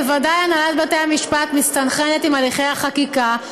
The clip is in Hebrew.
בוודאי הנהלת בתי המשפט מסתנכרנת עם הליכי החקיקה.